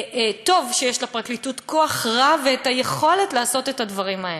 טוב שיש לפרקליטות כוח רב ואת היכולת לעשות את הדברים האלה.